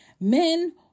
men